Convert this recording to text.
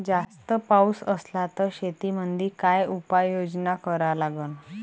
जास्त पाऊस असला त शेतीमंदी काय उपाययोजना करा लागन?